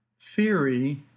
theory